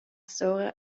sora